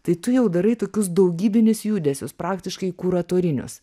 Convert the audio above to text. tai tu jau darai tokius daugybinius judesius praktiškai kuratorinius